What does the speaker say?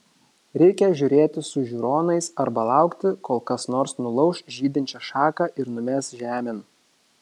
reikia žiūrėti su žiūronais arba laukti kol kas nors nulauš žydinčią šaką ir numes žemėn